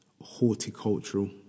horticultural